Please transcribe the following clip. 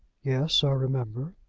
yes i remember.